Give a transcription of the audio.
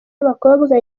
y’abakobwa